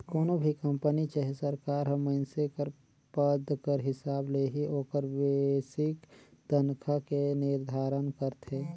कोनो भी कंपनी चहे सरकार हर मइनसे कर पद कर हिसाब ले ही ओकर बेसिक तनखा के निरधारन करथे